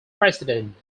president